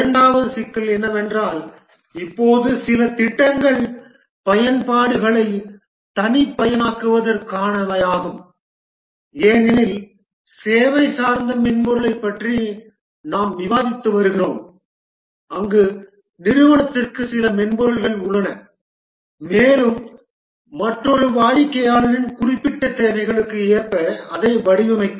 இரண்டாவது சிக்கல் என்னவென்றால் இப்போது சில திட்டங்கள் பயன்பாடுகளைத் தனிப்பயனாக்குவதற்கானவையாகும் ஏனெனில் சேவை சார்ந்த மென்பொருளைப் பற்றி நாங்கள் விவாதித்து வருகிறோம் அங்கு நிறுவனத்திற்கு சில மென்பொருள்கள் உள்ளன மேலும் மற்றொரு வாடிக்கையாளரின் குறிப்பிட்ட தேவைகளுக்கு ஏற்ப அதை வடிவமைக்கும்